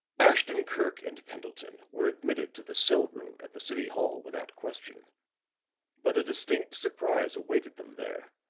ashton-kirk and pendleton were admitted to the cell room at the city hall without question but a distinct surprise awaited them there.